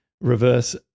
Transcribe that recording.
reverse